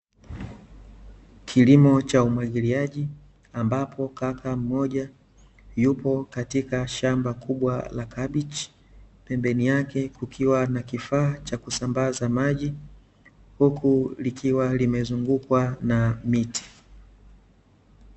Kilimo cha umwagiliaji ambapo kaka mmoja yupo katika shamba kubwa la kabeji pembeni yake kukiwa na kifaa cha kusambaza maji huku likiwa limezungukwa na miti.